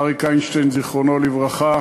אריק איינשטיין, זיכרונו לברכה.